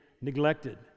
neglected